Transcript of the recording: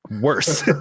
worse